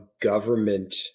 government